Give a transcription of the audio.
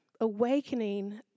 Awakening